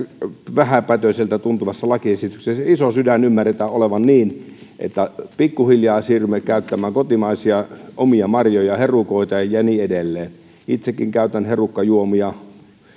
vähäpätöiseltä tuntuvassa lakiesityksessä se iso sydän ymmärretään olevan niin että pikkuhiljaa siirrymme käyttämään kotimaisia omia marjoja herukoita ja niin edelleen itsekin käytän herukkajuomia